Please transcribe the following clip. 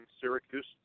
Syracuse